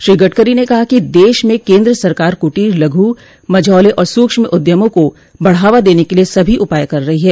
श्री गडकरी ने कहा कि देश में केन्द्र सरकार कुटीर लघु मझौले और सूक्ष्म उद्यमों को बढावा देने के लिए सभी उपाय कर रही है